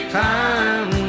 time